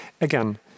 Again